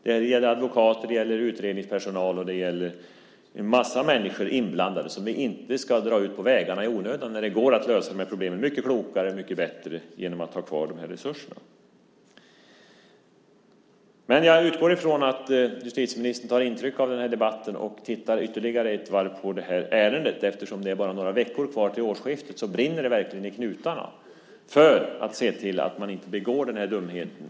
Det är många som är inblandade och som vi inte ska tvinga ut på vägarna i onödan - advokater, utredningspersonal och andra. Det går att lösa de här problemen klokare och bättre genom att behålla resurserna. Jag utgår från att justitieministern tar intryck av den här debatten och ser ytterligare en gång på det här ärendet. Eftersom det bara är några veckor kvar till årsskiftet brinner det verkligen i knutarna om man vill se till att man inte begår den här dumheten.